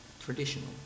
traditional